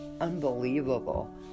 unbelievable